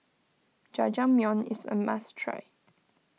Jajangmyeon is a must try